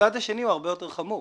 הצד השני הוא הרבה יותר חמור.